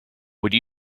would